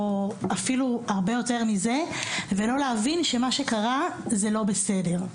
אפילו הרבה יותר מזה ולא להבין שמה שקרה זה לא בסדר.